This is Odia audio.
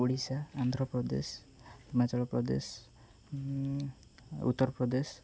ଓଡ଼ିଶା ଆନ୍ଧ୍ରପ୍ରଦେଶ ହିମାଚଳପ୍ରଦେଶ ଉତ୍ତରପ୍ରଦେଶ